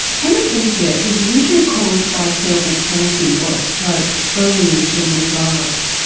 hemiplegia is usually caused by cerebral palsy or a stroke early in the children's lives.